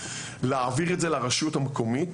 להעביר את זה לרשות המקומית,